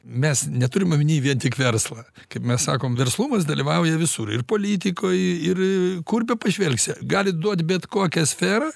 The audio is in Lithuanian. mes neturim omeny vien tik verslą kaip mes sakom verslumas dalyvauja visur ir politikoj ir kur bepažvelgsi galit duot bet kokią sferą